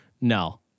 No